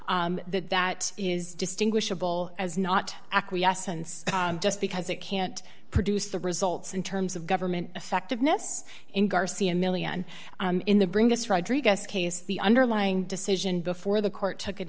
that that is distinguishable as not acquiescence just because it can't produce the results in terms of government effectiveness in garcia one million in the bring us rodriguez case the underlying decision before the court took it